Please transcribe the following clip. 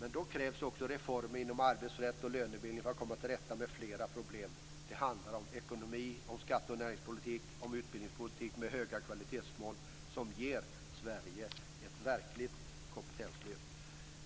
Men då krävs också reformer inom arbetsrätt och lönebildning för att komma till rätta med flera problem. Det handlar om ekonomi, skatte och näringspolitik och utbildningspolitik med höga kvalitetsmål som ger Sverige ett verkligt kompetenslyft.